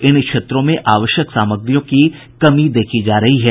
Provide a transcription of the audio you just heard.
इन क्षेत्रों में आवश्यक सामग्रियों की कमी देखी जा रही है